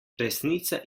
resnica